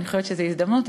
ואני חושבת שזו הזדמנות.